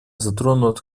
затронут